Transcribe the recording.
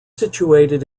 situated